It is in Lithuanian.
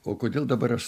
o kodėl dabar aš